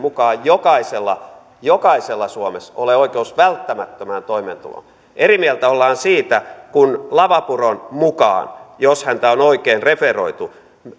mukaan jokaisella jokaisella suomessa ole oikeus välttämättömään toimeentuloon eri mieltä ollaan siitä kun lavapuron mukaan jos häntä on oikein referoitu